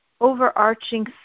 overarching